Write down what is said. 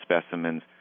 specimens